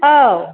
औ